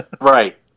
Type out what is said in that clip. Right